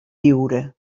viure